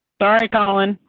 sorry, colin,